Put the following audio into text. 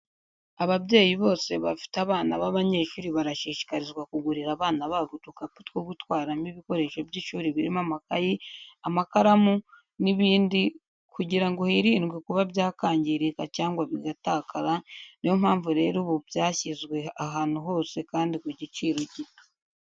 Ababyeyi bose bafite abana b'abanyeshuri barashishikarizwa kugurira abana babo udukapu two gutwaramo ibikoresho by'ishuri birimo amakayi, amakaramu n'ibindi kugira ngo hirindwe kuba byakangirika cyangwa bigatakara, niyo mpamvu rero ubu byashyizwe ahantu hose kandi ku giciro gito.